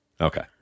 Okay